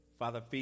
Father